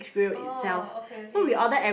oh okay okay